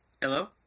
Hello